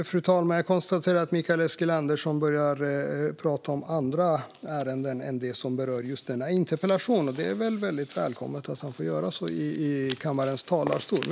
Fru talman! Jag konstaterar att Mikael Eskilandersson började prata om andra ärenden än det som berör just denna interpellation. Det är väldigt välkommet att han får göra så i kammaren.